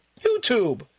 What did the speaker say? YouTube